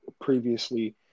previously